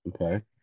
Okay